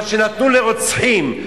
מה שנתנו לרוצחים,